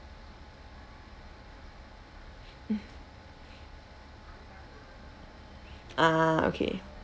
ah okay